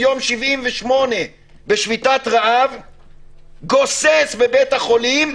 הוא שובת רעב כבר 78 ימים, גוסס בבית החולים.